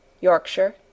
Yorkshire